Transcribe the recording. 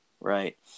right